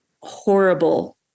horrible